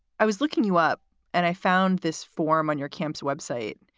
i was looking you up and i found this form on your camp's web site,